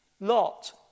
Lot